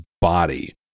body